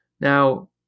Now